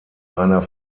einer